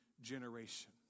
generation